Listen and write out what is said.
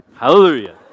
Hallelujah